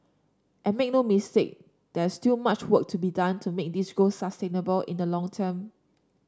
and make no mistake there's still much work to be done to make this growth sustainable in the long term